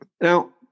Now